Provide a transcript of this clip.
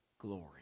glory